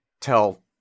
tell